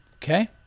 Okay